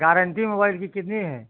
guarantee mobile की कितनी है